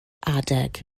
adeg